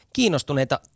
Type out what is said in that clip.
kiinnostuneita